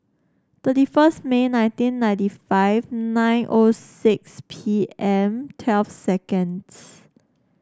thirty first May nineteen ninety five nine O six P M twelve seconds